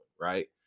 right